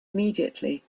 immediately